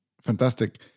Fantastic